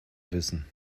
wissen